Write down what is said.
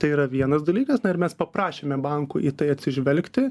tai yra vienas dalykas na ir mes paprašėme bankų į tai atsižvelgti